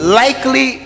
likely